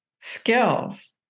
skills